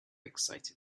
excited